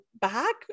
back